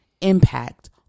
impact